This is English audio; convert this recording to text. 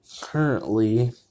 currently